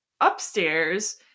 upstairs